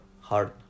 hard